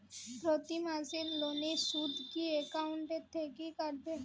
প্রতি মাসে লোনের সুদ কি একাউন্ট থেকে কাটবে?